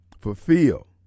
fulfill